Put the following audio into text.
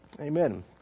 Amen